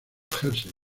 jersey